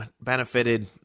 benefited